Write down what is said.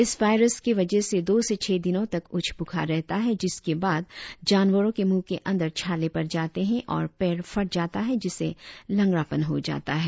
इस वाइरस के वजह से दो से छह दिनों तक उच्च ब्रुखार रहता है जिसके बाद जानवरों के मुह के अंदर छाले पड़ जाते है और पैर फट जाता है जिससे लंग़ड़ापन हो जाता है